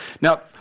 Now